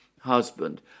husband